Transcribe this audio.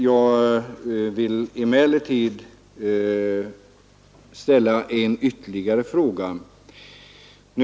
Emellertid vill jag ställa en ytterligare fråga.